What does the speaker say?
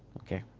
okay.